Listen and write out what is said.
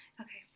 Okay